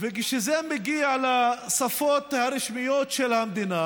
וכשזה מגיע לשפות הרשמיות של המדינה,